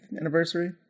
anniversary